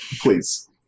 Please